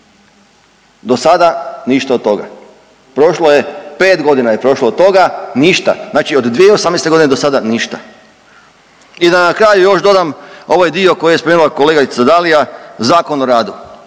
dosada ništa od toga, prošlo je, 5.g. je prošlo od toga, ništa, znači od 2018.g. dosada ništa. I da na kraju još dodam ovaj dio koji …/Govornik se ne razumije/…Zakon o radu.